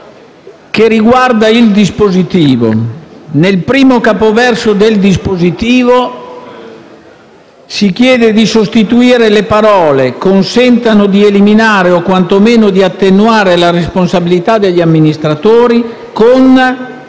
che riguarda il dispositivo. Nel primo capoverso del dispositivo si chiede di sostituire le parole «consentano di eliminare o, quantomeno, di attenuare la responsabilità degli amministratori» con